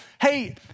hey